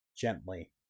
Gently